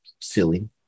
silly